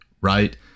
right